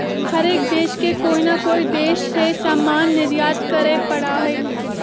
हर एक देश के कोई ना कोई देश से सामान निर्यात करे पड़ा हई